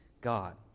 God